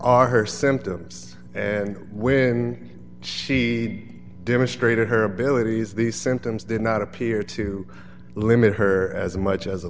are her symptoms and when she'd demonstrated her abilities the symptoms did not appear to limit her as much as a